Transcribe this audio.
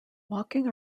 walking